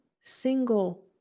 single